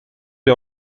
der